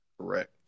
Correct